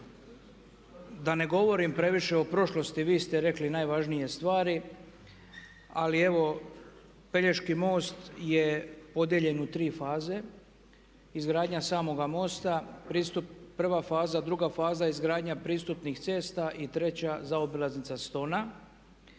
da ne govorim previše o prošlosti, vi ste rekli najvažnije stvari, ali evo Pelješki most je podijeljen u tri faze, izgradnja samoga mosta, pristup, prva faza, druga faza izgradnja pristupnih cesta i treća zaobilaznica Stona.